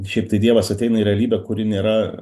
šiaip tai dievas ateina į realybę kuri nėra